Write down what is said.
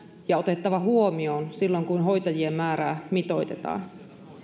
ja otettava huomioon silloin kun hoitajien määrää mitoitetaan